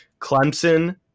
Clemson